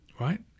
right